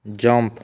jump